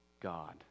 God